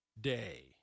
day